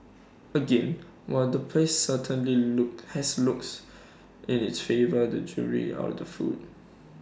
again while the place certainly look has looks in its favour the jury out on the food